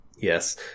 Yes